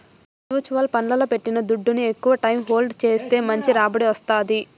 mutual ఫండ్లల్ల పెట్టిన దుడ్డుని ఎక్కవ టైం హోల్డ్ చేస్తే మంచి రాబడి వస్తాది